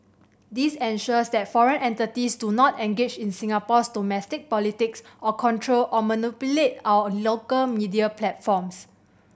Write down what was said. this ensures that foreign entities do not engage in Singapore's domestic politics or control or manipulate our local media platforms